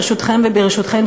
ברשותכן וברשותכם,